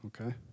okay